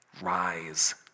rise